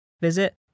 visit